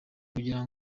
kugira